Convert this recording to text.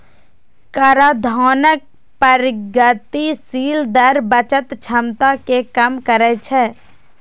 कराधानक प्रगतिशील दर बचत क्षमता कें कम करै छै